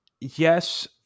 Yes